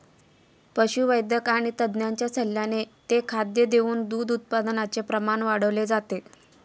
पशुवैद्यक आणि तज्ञांच्या सल्ल्याने ते खाद्य देऊन दूध उत्पादनाचे प्रमाण वाढवले जाते